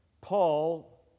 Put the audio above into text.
Paul